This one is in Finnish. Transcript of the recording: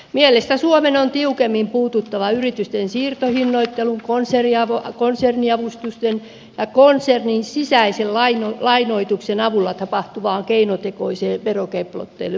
mielestäni suomen on tiukemmin puututtava yritysten siirtohinnoittelun konserniavustusten ja konsernin sisäisen lainoituksen avulla tapahtuvaan keinotekoiseen verokeplotteluun